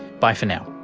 bye for now